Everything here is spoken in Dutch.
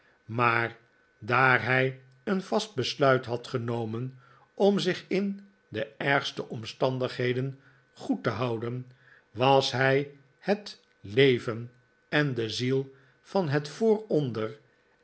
maar daar hij een vast besluit had genomen om zich in de ergste omstandigheden goed te houden was hij het ieven en de ziel van het vooronder